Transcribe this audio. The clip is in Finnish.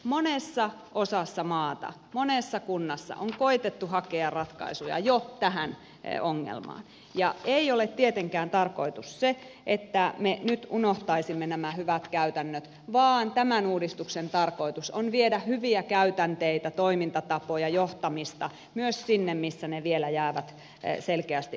monessa osassa maata monessa kunnassa on koetettu jo hakea ratkaisuja tähän ongelmaan ja ei ole tietenkään tarkoitus se että me nyt unohtaisimme nämä hyvät käytännöt vaan tämän uudistuksen tarkoitus on viedä hyviä käytänteitä toimintatapoja johtamista myös sinne missä ne vielä jäävät selkeästi uupeloksi